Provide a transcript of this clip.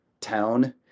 town